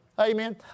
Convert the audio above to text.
Amen